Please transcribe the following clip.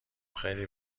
خیلی